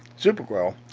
supergirl,